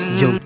yo